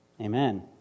Amen